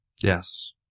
Yes